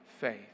faith